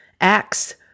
Acts